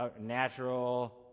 natural